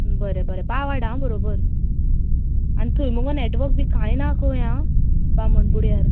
बरें बरें पाव हाड हा बरोबर आनी थंय मगो नेटवर्क बी काय ना खंय हां बामनबुड्यार